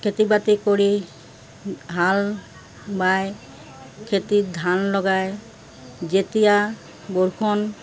খেতি বাতি কৰি হাল বাই খেতিত ধান লগাই যেতিয়া বৰষুণ